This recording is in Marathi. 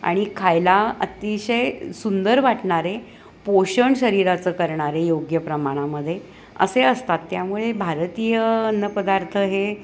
आणि खायला अतिशय सुंदर वाटणारे पोषण शरीराचं करणारे योग्य प्रमाणामध्ये असे असतात त्यामुळे भारतीय अन्नपदार्थ हे